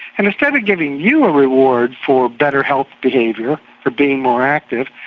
and instead of giving you a reward for better health behaviour, for being more active,